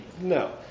no